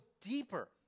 deeper